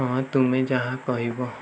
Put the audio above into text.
ହଁ ତୁମେ ଯାହା କହିବ